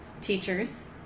teachers